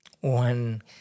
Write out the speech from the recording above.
one